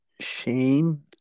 shame